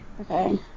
Okay